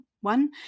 one